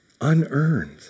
Unearned